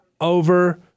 over